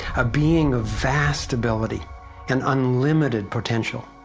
a being of vast ability and unlimited potential,